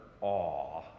awe